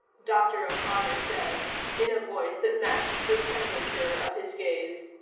dr. o'connor said in a voice that matched the temperature of his gaze,